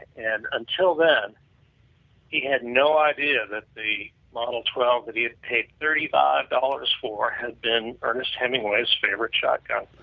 and until then he had no idea that the model twelve that he had paid thirty five dollars for had been ernest hemingway's favorite shotgun